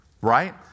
Right